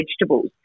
vegetables